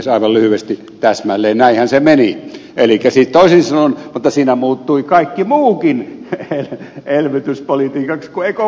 aivan lyhyesti täsmälleen näinhän se meni mutta siinä muuttui kaikki muukin elvytyspolitiikaksi